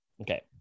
Okay